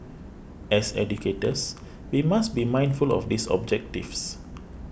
as educators we must be mindful of these objectives